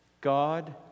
God